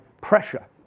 pressure